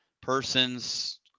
persons